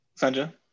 Sanja